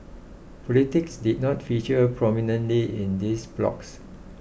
politics did not feature prominently in these blogs